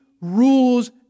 rules